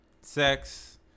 Sex